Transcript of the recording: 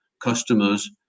customers